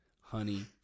honey